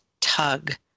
tug